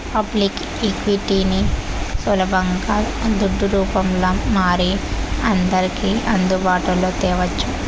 public ఈక్విటీని సులబంగా దుడ్డు రూపంల మారి అందర్కి అందుబాటులో తేవచ్చు